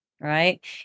Right